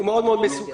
הוא מאוד מאוד מסוכן,